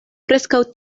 preskaŭ